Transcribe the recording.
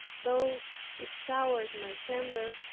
though it soured my temper,